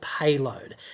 payload